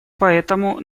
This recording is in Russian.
поэтому